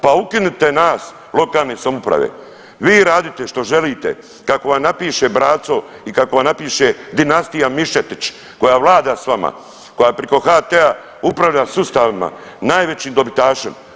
Pa ukinite nas lokalne samouprave, vi radite što želite kako vam napiše braco i kako vam napiše dinastija Mišetić koja vlada sa vama, koja priko HT-a upravlja sustavima, najvećim dobitašem.